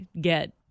get